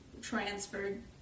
transferred